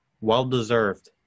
well-deserved